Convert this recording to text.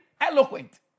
eloquent